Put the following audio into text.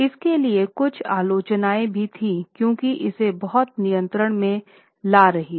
इसके लिए कुछ आलोचनाएँ भी थी क्यूंकि इसे बहुत नियंत्रण में ला रही हैं